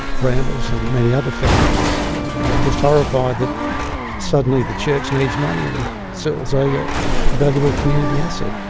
brambles, and many other families are just horrified that suddenly the church needs money and sells a yeah valuable community asset.